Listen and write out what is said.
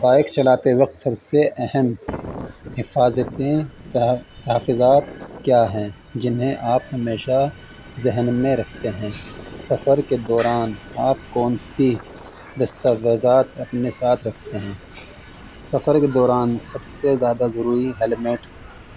bike چلاتے وقت سب سے اہم حفاظتیں تحفظات کیا ہیں جنہیں آپ ہمیشہ ذہن میں رکھتے ہیں سفر کے دوران آپ کون سی دستاویزات اپنے ساتھ رکھتے ہیں سفر کے دوران سب سے زیادہ ضروری ہیلمیٹ